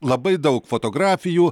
labai daug fotografijų